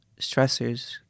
stressors